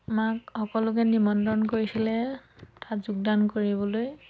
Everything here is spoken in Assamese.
আমাক সকলোকে নিমন্ত্ৰণ কৰিছিলে তাত যোগদান কৰিবলৈ